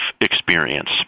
experience